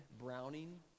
Browning